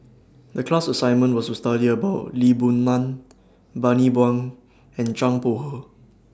The class assignment was to study about Lee Boon Ngan Bani Buang and Zhang Bohe